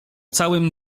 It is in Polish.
całym